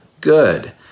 good